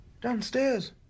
downstairs